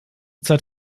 zeit